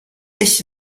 ich